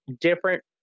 different